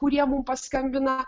kurie mum paskambina